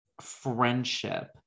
friendship